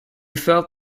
felt